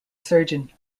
surgeon